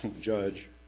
judge